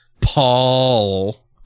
Paul